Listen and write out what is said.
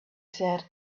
said